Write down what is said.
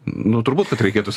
nu turbūt kad reikėtų